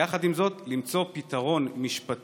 יחד עם זאת, למצוא פתרון משפטי,